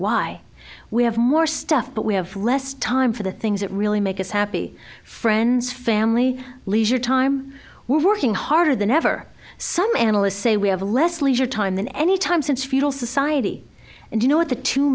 why we have more stuff but we have less time for the things that really make us happy friends family leisure time we're working harder than ever some analysts say we have less leisure time than any time since feudal society and you know what the two